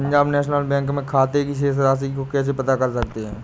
Punjab National Bank में खाते की शेष राशि को कैसे पता कर सकते हैं?